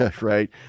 right